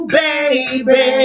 baby